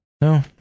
No